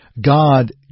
God